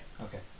okay